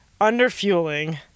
under-fueling